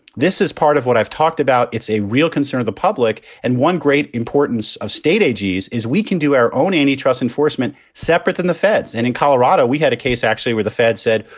this is part of what i've talked about. it's a real concern of the public. and one great importance of state agee's is we can do our own antitrust enforcement separate than the feds. and in colorado, we had a case actually where the fed said,